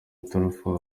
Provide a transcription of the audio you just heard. iturufu